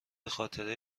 خاطره